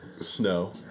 snow